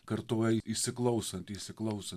kartoja įsiklausant įsiklausant